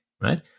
right